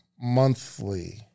monthly